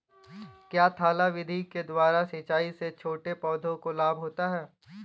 क्या थाला विधि के द्वारा सिंचाई से छोटे पौधों को लाभ होता है?